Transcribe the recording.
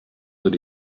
that